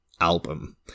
album